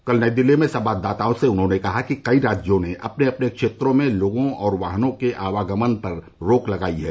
कल नई दिल्ली में संवादाताओं से उन्होंने कहा कि कई राज्यों ने अपने अपने क्षेत्रों में लोगों और वाहनों के आवागमन पर रोक लगाई है